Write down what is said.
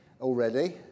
already